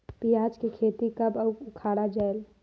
पियाज के खेती कब अउ उखाड़ा जायेल?